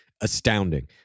astounding